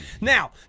Now